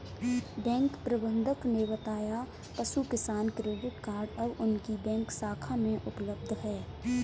bank प्रबंधक ने बताया पशु किसान क्रेडिट कार्ड अब उनकी बैंक शाखा में उपलब्ध है